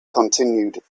continued